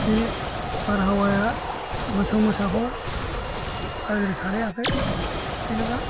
बिदिनो बारहावाया मोसौ मोसाखौ गाज्रि खालायाखै जेनोबा